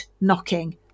knocking